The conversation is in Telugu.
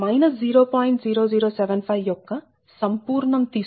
0075 యొక్క సంపూర్ణం తీసుకుంటే 0